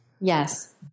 Yes